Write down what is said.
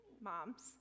moms